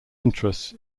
interest